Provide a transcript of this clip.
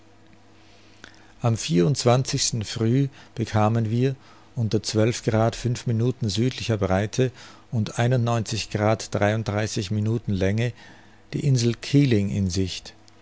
am früh bekamen wir unter fünf minuten südlicher breite und minuten lang die insel keeling in sicht